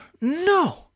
No